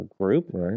group